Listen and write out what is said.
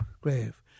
grave